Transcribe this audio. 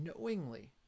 knowingly